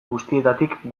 guztietatik